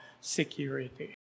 security